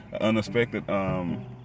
unexpected